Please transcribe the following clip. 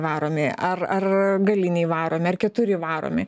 varomi ar ar galiniai varomi ar keturi varomi